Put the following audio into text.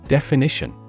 Definition